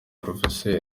prof